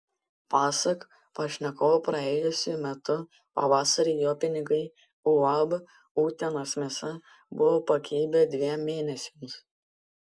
pasak pašnekovo praėjusių metų pavasarį jo pinigai uab utenos mėsa buvo pakibę dviem mėnesiams